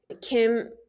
Kim